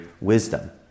wisdom